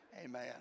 Amen